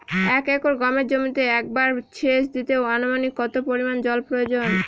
এক একর গমের জমিতে একবার শেচ দিতে অনুমানিক কত পরিমান জল প্রয়োজন?